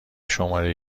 شماره